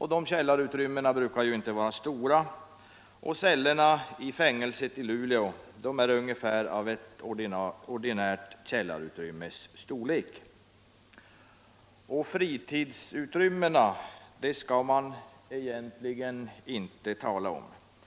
Dessa utrymmen brukar inte vara stora. Cellerna i fängelset i Luleå är ungefär av ett ordinärt källarutrymmes storlek. Fritidsutrymmena skulle man egentligen inte tala om.